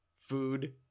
food